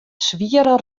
swiere